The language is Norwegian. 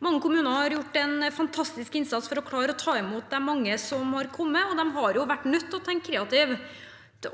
Mange kommuner har gjort en fantastisk innsats for å klare å ta imot de mange som er kommet, og de har vært nødt til å tenke kreativt –